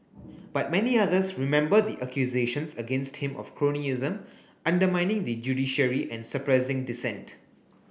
but many others remember the accusations against him of cronyism undermining the judiciary and suppressing dissent